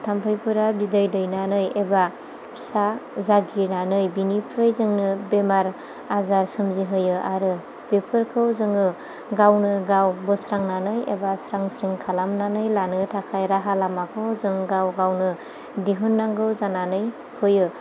थाम्फैफोरा बिदै दैनानै एबा फिसा जागिनानै बिनिफ्राय जोंनो बेमार आजार सोमजिहोयो आरो बेफोरखौ जोङो गावनो गाव बोस्रांनानै एबा स्रां स्रिं खालामनानै लानो थाखाय राहा लामाखौ जों गाव गावनो दिहुननांगौ जानानै फैयो